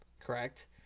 correct